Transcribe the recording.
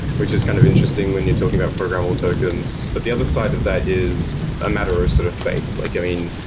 which is kind of interesting when you're talking about programmable tokens. but the other side of that is a matter of ah sort of faith. like, i mean,